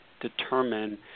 determine